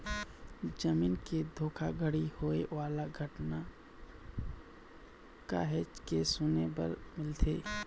जमीन के धोखाघड़ी होए वाला घटना काहेच के सुने बर मिलथे